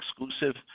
exclusive